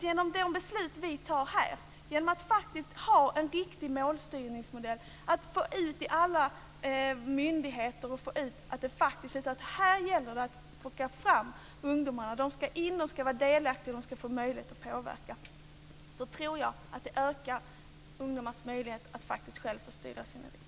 Genom de beslut vi fattar här, genom att få ut en riktig målstyrningsmodell till alla myndigheter och få fram att det faktiskt gäller att plocka fram ungdomarna, de ska in och vara delaktiga, de ska få möjlighet att påverka, tror jag att ungdomars möjlighet att själva styra sina liv ökar.